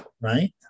right